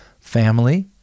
family